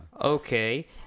Okay